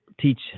teach